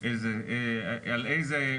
אתה לא יודע כמה תהיה,